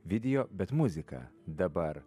video bet muzika dabar